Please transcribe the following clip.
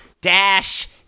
Dash